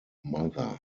mother